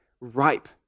ripe